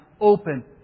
open